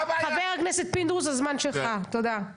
חבר הכנסת פינדרוס, הזמן שלך, תודה.